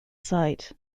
site